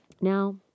Now